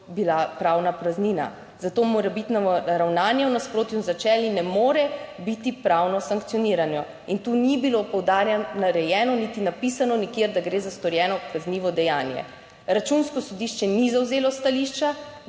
bila pravna praznina. Zato morebitno ravnanje v nasprotju z načeli ne more biti pravno sankcionirano. In tu ni bilo, poudarjam, narejeno, niti napisano nikjer, da gre za storjeno kaznivo dejanje. Računsko sodišče ni zavzelo stališča,